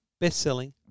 best-selling